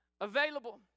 Available